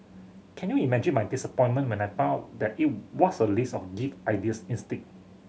can you imagine my disappointment when I found that it was a list of gift ideas instead